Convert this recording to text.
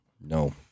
No